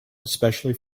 especially